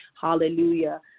Hallelujah